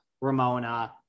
ramona